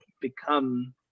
become